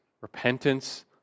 repentance